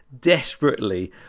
desperately